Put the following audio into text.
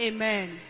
Amen